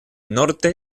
norte